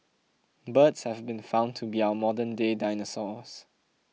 birds have been found to be our modernday dinosaurs